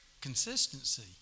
Consistency